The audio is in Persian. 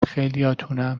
خیلیاتونم